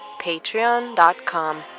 patreon.com